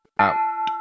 out